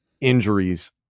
injuries